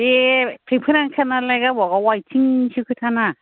बे फेंफोना ओंखारनायालाय गावबागाव आथिंनिसो खोथाना